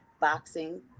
boxing